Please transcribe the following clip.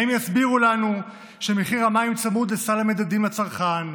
הם יסבירו לנו שמחיר המים צמוד לסל המדדים לצרכן,